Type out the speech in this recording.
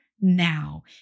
now